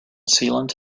sealant